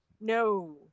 No